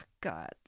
God